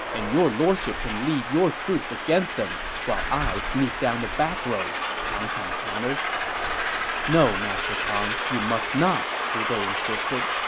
and your lordship can lead your troops against them, while i sneak down the back road, pang tong countered no, master pang, you must not, liu bei insisted.